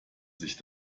sich